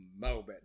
moment